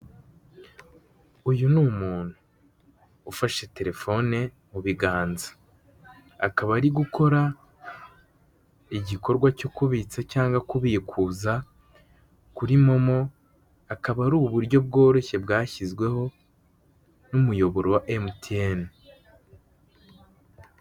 Uyu ni umuntu ufashe terefone mu biganza akaba ari gukora igikorwa cyo kubitsa cyangwa kubikuza kuri momo, akaba ari ubutyo bworoshye bwashyizweho n'umuyoboro wa emutiyene.